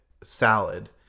salad